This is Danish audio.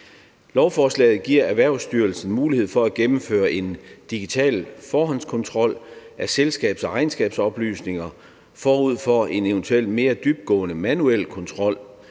Lovforslaget giver Erhvervsstyrelsen mulighed for at gennemføre en digital forhåndskontrol af selskabs- og regnskabsoplysninger forud for en eventuel mere dybtgående manuel kontrol,